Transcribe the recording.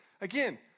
Again